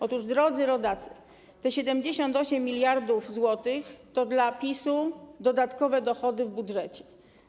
Otóż, drodzy rodacy, te 78 mld zł to dla PiS-u dodatkowe dochody w budżecie.